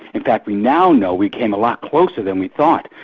in fact we now know we came a lot closer than we thought.